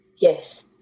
Yes